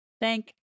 Thank